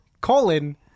colon